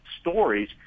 stories